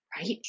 Right